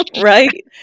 right